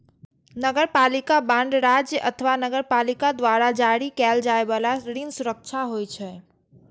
नगरपालिका बांड राज्य अथवा नगरपालिका द्वारा जारी कैल जाइ बला ऋण सुरक्षा होइ छै